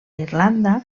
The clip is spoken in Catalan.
irlanda